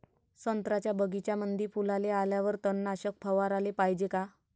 संत्र्याच्या बगीच्यामंदी फुलाले आल्यावर तननाशक फवाराले पायजे का?